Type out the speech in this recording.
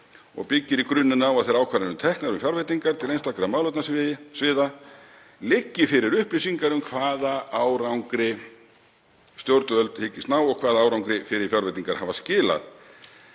og byggir í grunninn á að þegar ákvarðanir eru teknar um fjárveitingar til einstakra málefnasviða liggi fyrir upplýsingar um hvaða árangri stjórnvöld hyggist ná og hvaða árangri fyrri fjárveitingar hafa skilað.“